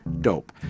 dope